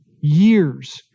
years